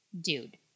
Dude